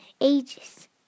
ages